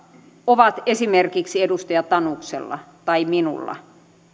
ovat esimerkiksi edustaja tanuksella tai minulla